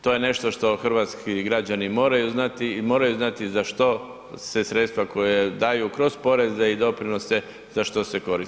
To je nešto što hrvatski građani moraju znati i moraju znati za što se sredstva koje daju kroz poreze i doprinose za što se koriste.